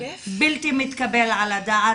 בלתי מתקבל על הדעת.